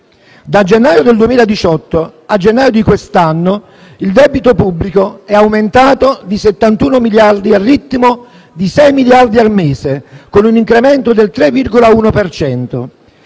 Dal gennaio 2018 al gennaio di quest'anno il debito pubblico è aumentato di 71 miliardi, al ritmo di 6 miliardi al mese, con un incremento del 3,1